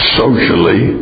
socially